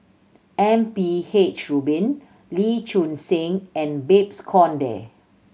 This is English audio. M P H Rubin Lee Choon Seng and Babes Conde